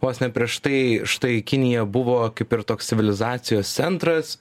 vos ne prieš tai štai kinija buvo kaip ir toks civilizacijos centras